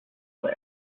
there